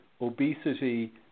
obesity